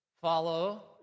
follow